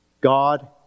God